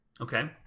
Okay